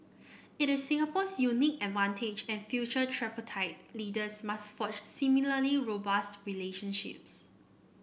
it is Singapore's unique advantage and future tripartite leaders must forge similarly robust relationships